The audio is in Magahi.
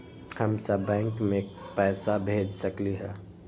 हम सब बैंक में पैसा भेज सकली ह?